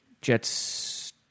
Jets